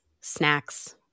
snacks